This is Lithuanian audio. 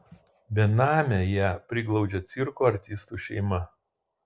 benamę ją priglaudžia cirko artistų šeima